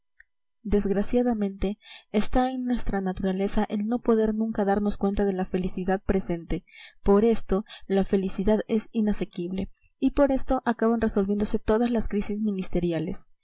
desgraciadamente está en nuestra naturaleza el no poder nunca darnos cuenta de la felicidad presente por esto la felicidad es inasequible y por esto acaban resolviéndose todas las crisis ministeriales